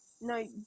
no